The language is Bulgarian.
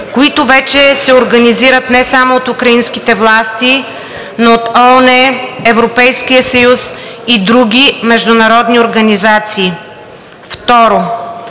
които вече се организират не само от украинските власти, но от ООН, Европейския съюз и други международни организации.